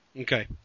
Okay